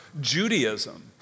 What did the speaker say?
Judaism